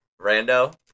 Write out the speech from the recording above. Rando